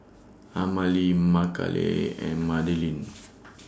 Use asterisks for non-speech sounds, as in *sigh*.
Amalie Makala and Madalynn *noise*